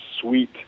sweet